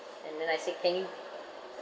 and then I say can you